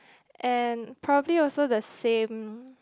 and probably also the same